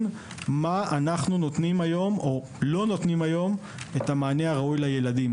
במה אנחנו לא נותנים היום את המענה ראוי לילדים.